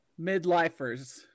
midlifers